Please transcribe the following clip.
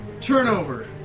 Turnover